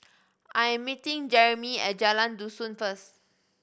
I am meeting Jeremie at Jalan Dusun first